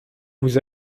vous